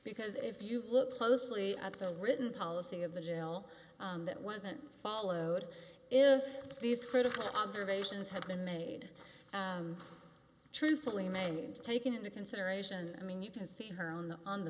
because if you look closely at the written policy of the jail that wasn't followed these critical observations have been made truthfully made and taken into consideration i mean you can see her on the on the